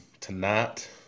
tonight